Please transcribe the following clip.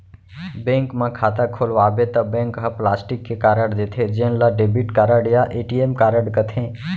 bank म खाता खोलवाबे त बैंक ह प्लास्टिक के कारड देथे जेन ल डेबिट कारड या ए.टी.एम कारड कथें